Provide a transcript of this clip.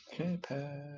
Okay